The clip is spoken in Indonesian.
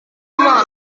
sama